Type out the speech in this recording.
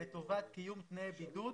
לטובת קיום תנאי בידוד